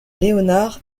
leonard